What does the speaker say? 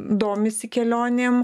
domisi kelionėm